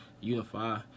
unify